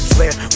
Flair